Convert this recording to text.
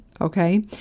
okay